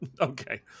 Okay